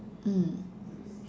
mm